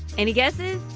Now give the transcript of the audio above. any guesses?